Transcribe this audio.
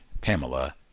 Pamela